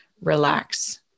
relax